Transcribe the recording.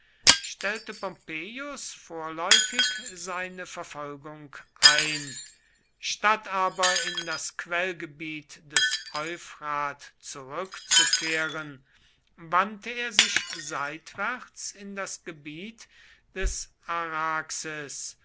stellte pompeius vorläufig seine verfolgung ein statt aber in das quellgebiet des euphrat zurückzukehren wandte er sich seitwärts in das gebiet des araxes